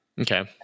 Okay